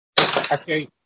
Okay